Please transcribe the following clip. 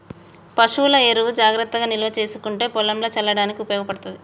పశువుల ఎరువు జాగ్రత్తగా నిల్వ చేసుకుంటే పొలంల చల్లడానికి ఉపయోగపడ్తది